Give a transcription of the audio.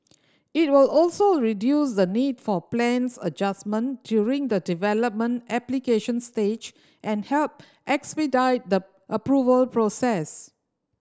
it will also reduce the need for plans adjustment during the development application stage and help expedite the approval process